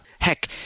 Heck